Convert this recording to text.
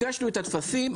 הגשנו את הטפסים,